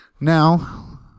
now